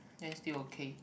then still okay